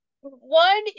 one